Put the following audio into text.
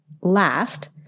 last